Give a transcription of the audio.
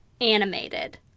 animated